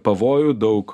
pavojų daug